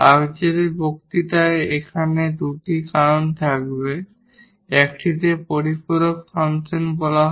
আজকের বক্তৃতায় এখানে দুটি কারণ থাকবে একটিকে পরিপূরক ফাংশন বলা হয়